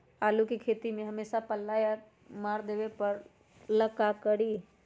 आलू के खेती में हमेसा पल्ला मार देवे ला का उपाय करी?